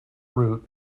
root